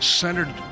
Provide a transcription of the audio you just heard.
centered